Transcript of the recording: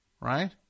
Right